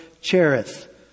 Cherith